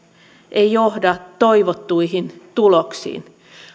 ei johda toivottuihin tuloksiin